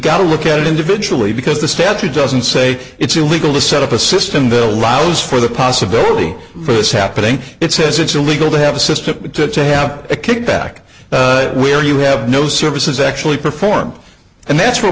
got to look at it individually because the statute doesn't say it's illegal to set up a system that allows for the possibility for this happening it says it's illegal to have a system to have a kickback where you have no service is actually performed and that's where